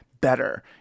better